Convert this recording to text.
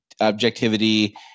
objectivity